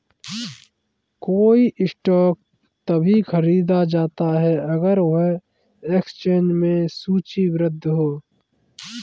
कोई स्टॉक तभी खरीदा जाता है अगर वह एक्सचेंज में सूचीबद्ध है